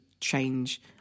change